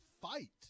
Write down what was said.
fight